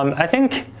um i think